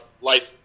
life